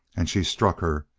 and she struck her,